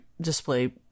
display